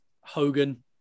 Hogan